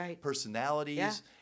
personalities